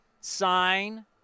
sign